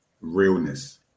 realness